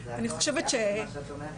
אני יודעת דבר,